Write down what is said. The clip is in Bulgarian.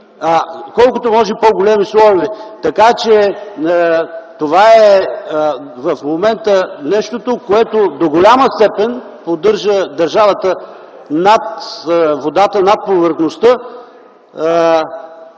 колкото се може по-големи слоеве. В момента това е нещото, което до голяма степен поддържа държавата над водата, над повърхността.